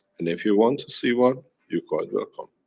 and if you want to see one your quite welcome.